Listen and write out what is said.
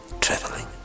traveling